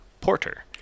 Porter